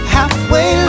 Halfway